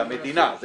זה המדינה.